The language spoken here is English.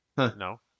No